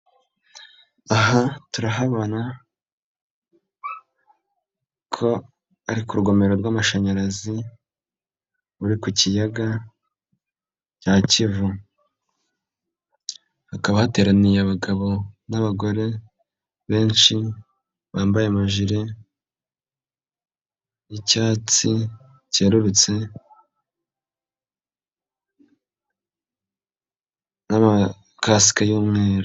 Aha turahabona ko ariko ku rugomero rw'amashanyarazi, ruri ku kiyaga cya Kivu, hakaba hateraniye abagabo n'abagore benshi bambaye amajire y'icyatsi cyerurutse n'amakasike y'umweru.